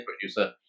producer